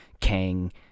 Kang